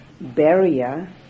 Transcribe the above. barrier